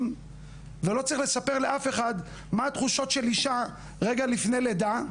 ולא צריך לספר לאף אחד מה התחושות של אישה רגע לפני לידה.